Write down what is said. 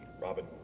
robin